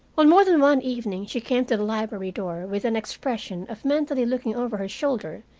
on more than one evening she came to the library door, with an expression of mentally looking over her shoulder,